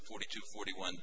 forty to forty one